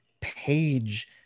page